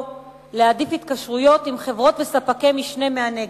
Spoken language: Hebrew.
להעדיף התקשרויות עם חברות וספקי משנה מהנגב.